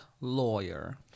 lawyer